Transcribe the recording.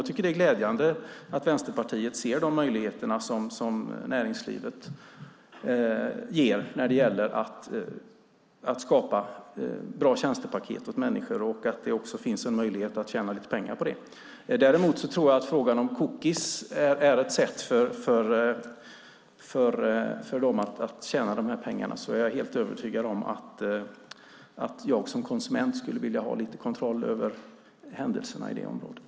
Det är glädjande att Vänsterpartiet ser möjligheterna som näringslivet ger när det gäller att skapa bra tjänstepaket åt människor och att det finns en möjlighet att tjäna lite pengar på det. Däremot tror jag att frågan om cookies är ett sätt för dem att tjäna dessa pengar. Jag är helt övertygad om att jag som konsument skulle vilja ha lite kontroll över händelserna på området.